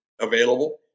available